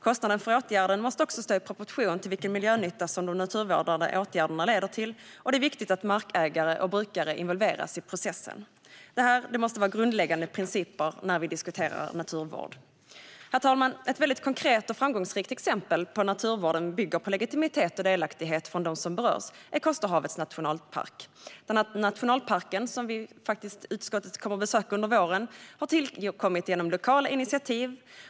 Kostnaden för åtgärderna måste också stå i proportion till vilken miljönytta som de naturvårdande åtgärderna leder till, och det är viktigt att markägare och brukare involveras i processen. Detta måste vara grundläggande principer när vi diskuterar naturvård. Herr talman! Ett väldigt konkret och framgångsrikt exempel på när naturvården bygger på legitimitet och delaktighet hos dem som berörs är Kosterhavets nationalpark. Nationalparken, som utskottet kommer att besöka under våren, har tillkommit genom lokala initiativ.